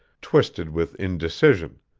twisted with indecision